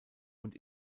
und